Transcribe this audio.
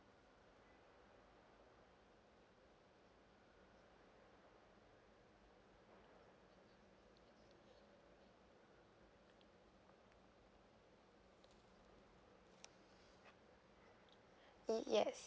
ye~ yes